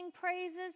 praises